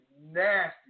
nasty